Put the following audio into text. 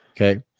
Okay